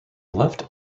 left